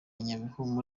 nyabihu